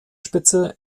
spitze